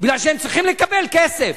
מפני שהם צריכים לקבל כסף.